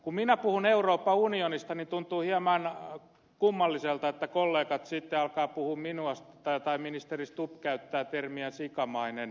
kun minä puhun euroopan unionista niin tuntuu hieman kummalliselta että kollegat siitä alkaa buumi nostaa tai ministeri stubb käyttää termiä sikamainen